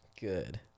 Good